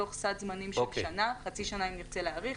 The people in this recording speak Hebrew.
בתוך סד זמנים של שנה חצי שנה אם נרצה להאריך,